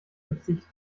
verzichten